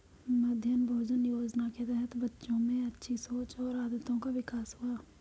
मध्याह्न भोजन योजना के तहत बच्चों में अच्छी सोच और आदतों का विकास हुआ